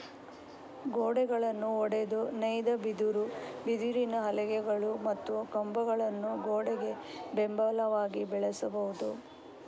ಗೋಡೆಗಳನ್ನು ಒಡೆದು ನೇಯ್ದ ಬಿದಿರು, ಬಿದಿರಿನ ಹಲಗೆಗಳು ಮತ್ತು ಕಂಬಗಳನ್ನು ಗೋಡೆಗೆ ಬೆಂಬಲವಾಗಿ ಬಳಸಬಹುದು